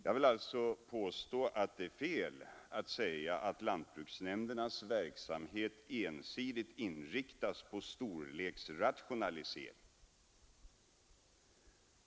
Jag vill alltså påstå att det är fel att säga att lantbruksnämndernas verksamhet ensidigt inriktas på storleksrationalisering.